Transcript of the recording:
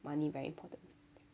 money very important